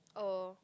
oh